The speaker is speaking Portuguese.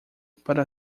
para